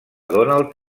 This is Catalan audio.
donald